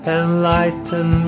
enlighten